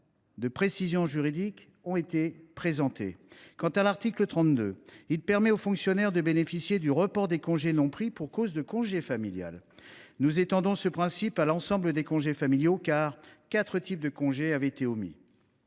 de précision juridique. Le second, l’article 32, permet aux fonctionnaires de bénéficier du report des congés non pris pour cause de congé familial ; nous étendons ce principe à l’ensemble des congés familiaux, quatre types de congés ayant précédemment